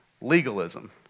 legalism